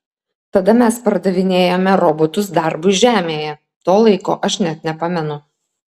tada mes pardavinėjome robotus darbui žemėje to laiko aš net nepamenu